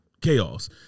chaos